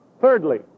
Thirdly